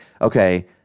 okay